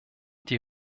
die